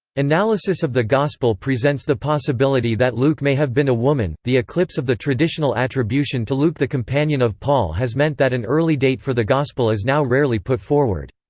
analysis of the gospel presents the possibility that luke may have been a woman the eclipse of the traditional attribution to luke the companion of paul has meant that an early date for the gospel is now rarely put forward.